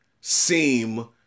seem